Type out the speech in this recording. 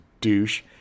douche